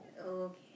Okay